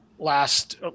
last